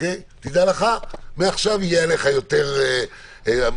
תדע לך שמעכשיו יהיה עליך יותר ביקור